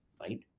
right